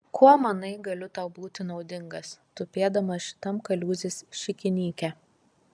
kuo manai galiu tau būti naudingas tupėdamas šitam kaliūzės šikinyke